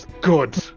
Good